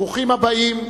ברוכים הבאים.